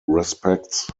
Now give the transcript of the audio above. respects